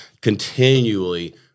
continually